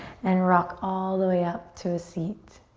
and rock all the way up to a seat.